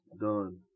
done